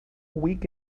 week